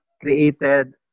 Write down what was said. created